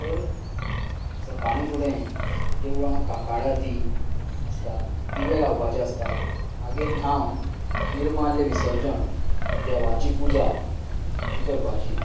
तर सकाळीं फुडें देवळांत काकाड आरती आसता दिवे लावपाचे आसतात मागीर न्हांवन निर्माल्ल्य विसर्जन ही देवाची पुजा ही करपाची